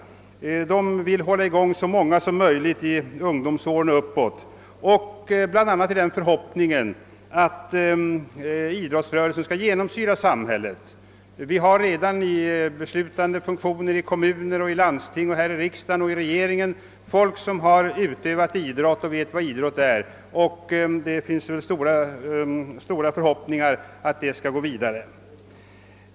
De vill i stället ha så många som möjligt från ungdomsåren och uppåt att idrotta, bl.a. i den förhoppningen att idrottsrörelsen skall genomsyra samhället. Vi har i många beslutande organ, t.ex. i landstingen, kommunerna, riksdagen och regering en, många människor som har utövat och alltjämt utövar idrott och vet vad idrott är. Vi kan därför hysa gott hopp om att idrotten skall få förståelse och utvecklas vidare.